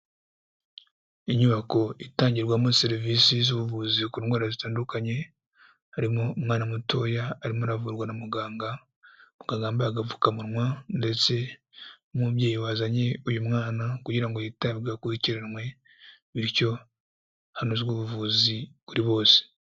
Inyubako itangirwamo serivisi z'ubuvuzi ku ndwara zitandukanye, harimo umwana mutoya arimo aravurwa na muganga, muganga wambaye agapfukamunwa, ndetse n'umubyeyi wazanye uyu mwana kugira ngo yitabweho akurikiranwe, bityo hanozwe ubuvuzi kuri bose.